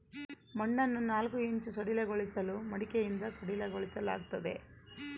ಮಣ್ಣನ್ನು ನಾಲ್ಕು ಇಂಚು ಸಡಿಲಗೊಳಿಸಲು ಮಡಿಕೆಯಿಂದ ಸಡಿಲಗೊಳಿಸಲಾಗ್ತದೆ